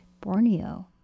Borneo